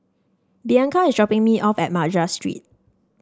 Bianca is dropping me off at Madras Street